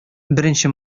беренче